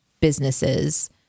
businesses